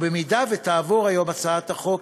ואם תעבור היום הצעת החוק,